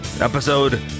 Episode